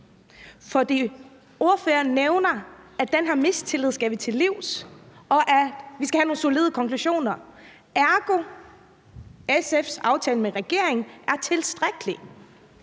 For ordføreren nævner, at vi skal komme den her mistillid til livs, og at vi skal have nogle solide konklusioner, ergo at SF's aftale med regeringen er tilstrækkelig.